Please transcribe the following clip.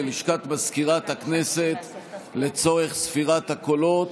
ללשכת מזכירת הכנסת לצורך ספירת הקולות.